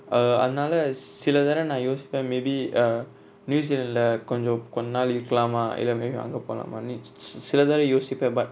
uh அதுனால:athunala சிலதரோ நா யோசிப்ப:silatharo na yosippa maybe uh news channel lah கொஞ்சோ கொஞ்ச நாள் இருக்கலாமா இல்ல:konjo konja naal irukalama illa maybe அங்க போலாமானு இருந்துச்சு சிலதரோ யோசிப்ப:anga polamanu irunthuchu silatharo yosippa but